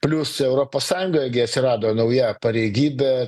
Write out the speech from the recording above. plius europos sąjungoj gi atsirado nauja pareigybė